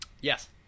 Yes